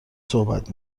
صحبت